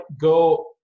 go